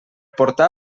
portar